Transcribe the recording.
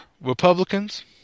Republicans